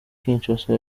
kinshasa